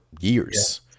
years